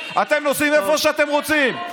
אתם נוסעים איפה שאתם רוצים.